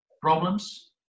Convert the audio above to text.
problems